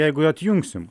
jeigu atjungsim